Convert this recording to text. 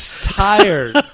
tired